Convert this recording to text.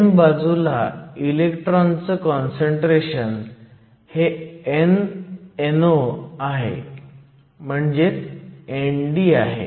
n बाजूला इलेक्ट्रॉनचं concentration हे nno आहे म्हणजेच ND आहे